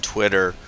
Twitter